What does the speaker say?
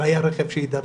והיה רכב שהידרדר.